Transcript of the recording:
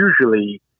usually